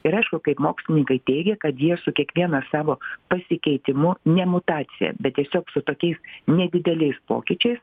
ir aišku kaip mokslininkai teigia kad jie su kiekviena savo pasikeitimu ne mutacija bet tiesiog su tokiais nedideliais pokyčiais